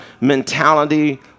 mentality